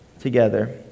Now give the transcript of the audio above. together